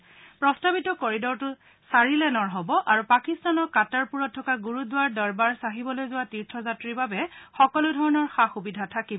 এই প্ৰস্তাৱিত কৰিডৰটো চাৰি লেনৰ হ'ব আৰু পাকিস্তানৰ কাটাৰপুৰত থকা গুৰুদ্বাৰ ডৰবাৰ চাহিবলৈ যোৱা তীৰ্থযাত্ৰীৰ বাবে সকলো ধৰণৰ সা সুবিধা থাকিব